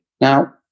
Now